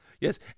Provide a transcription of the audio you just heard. yes